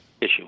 Issue